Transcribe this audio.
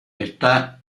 está